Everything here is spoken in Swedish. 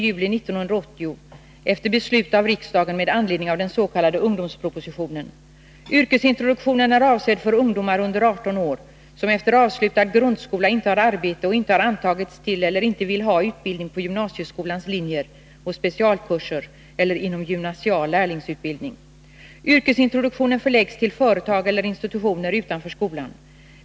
Yrkesintroduktionen förläggs till företag eller institutioner utanför skolan.